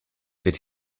did